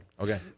Okay